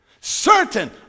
Certain